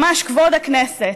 ממש כבוד הכנסת.